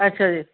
ਅੱਛਾ ਜੀ